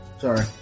Sorry